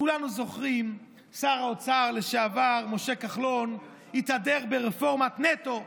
כולנו זוכרים ששר האוצר לשעבר משה כחלון התהדר ברפורמת נטו.